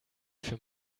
für